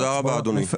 תודה רבה, אדוני.